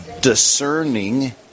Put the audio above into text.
discerning